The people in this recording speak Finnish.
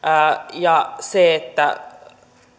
ja se että